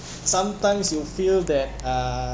sometimes you feel that uh